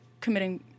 committing